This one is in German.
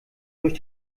durch